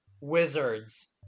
wizards